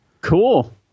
Cool